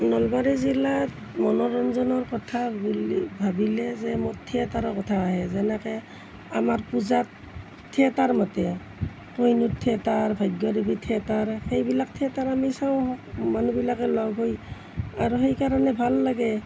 নলবাৰী জিলাত মনোৰঞ্জনৰ কথা বুলি ভাবিলে যে মোৰ থিয়েটাৰৰ কথা আহে যেনেকৈ আমাৰ পূজাত থিয়েটাৰ মাতে কহিনুৰ থিয়েটাৰ ভাগ্যদেৱী থিয়েটাৰ সেইবিলাক থিয়েটাৰ আমি চাওঁ মানুহবিলাকে লগ হৈ আৰু সেইকাৰণে ভাল লাগে